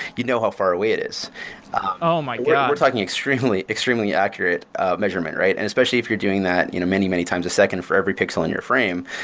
you know how far away it is oh, my god we're talking extremely, extremely accurate measurement, and especially if you're doing that you know many, many times a second for every pixel in your frame.